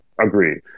Agreed